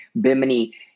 Bimini